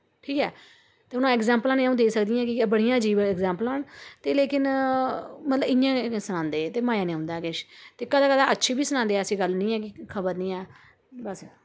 ठीक ऐ ते हून एक्साम्पलां निं अ'ऊं देई सकदी ऐ कि के बड़ियां अजीब एक्साम्पलां न ते लेकिन मतलव इ'यां ने सनांदे ते मजा निं आंदा ऐ किश ते कदे कदे अच्छी बी सनांदे ऐसी गल्ल निं ऐ कि खबर निं ऐ